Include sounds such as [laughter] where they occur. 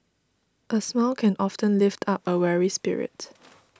a smile can often lift up a weary spirit [noise]